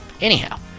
Anyhow